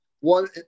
one